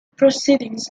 proceedings